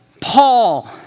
Paul